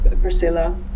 priscilla